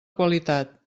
qualitat